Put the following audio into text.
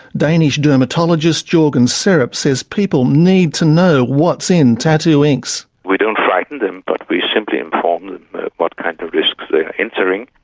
danish dermatologist jorgen serup says people need to know what's in tattoo inks. we don't frighten them, but we simply inform them what kind of risks they are entering,